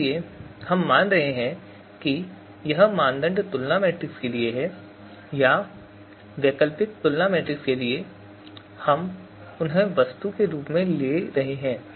इसलिए हम मान रहे हैं कि यह मानदंड तुलना मैट्रिक्स के लिए है या वैकल्पिक तुलना मैट्रिक्स के लिए हम उन्हें वस्तु के रूप में ले रहे हैं